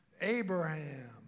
Abraham